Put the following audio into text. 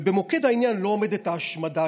במוקד העניין לא עומדת ההשמדה,